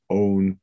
own